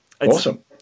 awesome